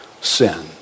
sin